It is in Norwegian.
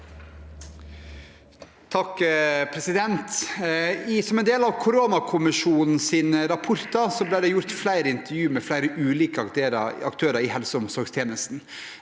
Som en del av koronakommisjonens rapporter ble det gjort flere intervjuer med flere ulike aktører i helse- og omsorgstjenesten.